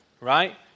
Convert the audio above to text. right